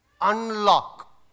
unlock